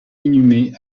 inhumé